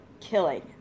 killing